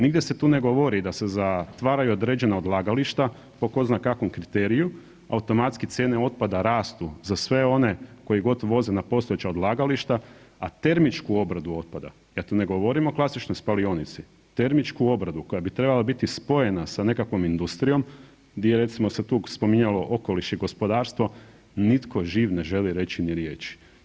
Nigdje se tu ne govori da se zatvaraju određena odlagališta po ko zna kakvom kriteriju, automatski cijene otpada rastu za sve one koji … [[Govornik se ne razumije]] voze na postojeća odlagališta, a termičku obradu otpada, ja tu ne govorim o klasičnoj spalionici, termičku obradu koja bi trebala biti spojena sa nekakvom industrijom di je recimo se tu spominjalo okoliš i gospodarstvo, nitko živ ne želi reći ni riječi.